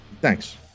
Thanks